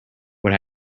what